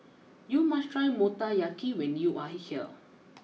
you must try Motoyaki when you are here